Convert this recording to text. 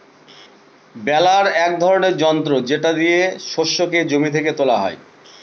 বেলার এক ধরনের যন্ত্র এটা দিয়ে শস্যকে জমি থেকে তোলা হয়